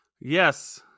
Yes